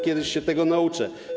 Kiedyś się tego nauczę.